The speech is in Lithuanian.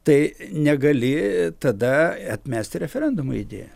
tai negali tada atmesti referendumo idėją